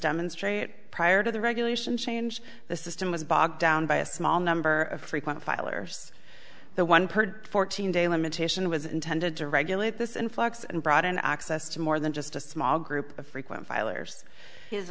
demonstrate prior to the regulation change the system was bogged down by a small number of frequent filers the one per fourteen day limitation was intended to regulate this influx and broaden access to more than just a small group of frequent filers his